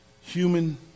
human